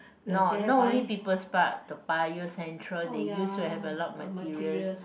no not only People's Park Toa-Payoh Central they used to have a lot materials